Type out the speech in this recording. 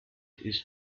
ist